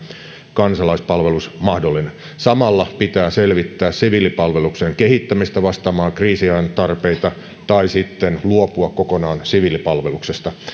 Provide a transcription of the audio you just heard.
kansalaispalvelus mahdollinen samalla pitää selvittää siviilipalveluksen kehittämistä vastaamaan kriisiajan tarpeita tai sitten luopua kokonaan siviilipalveluksesta